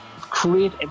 create